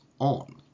on